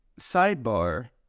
Sidebar